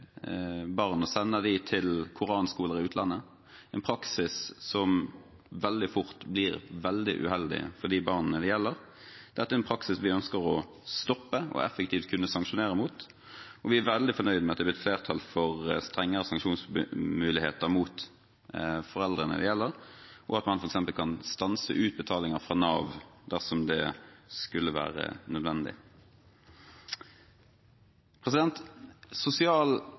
barn og sender dem til koranskoler i utlandet, en praksis som veldig fort blir veldig uheldig for de barna det gjelder. Dette er en praksis vi ønsker å stoppe og effektivt kunne sanksjonere mot, og vi er veldig fornøyd med at det har blitt flertall for strengere sanksjonsmuligheter mot foreldrene det gjelder, og at man f.eks. kan stanse utbetalinger fra Nav dersom det skulle være nødvendig. Sosial